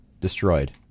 destroyed